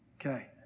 Okay